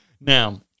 now